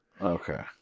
Okay